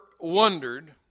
wondered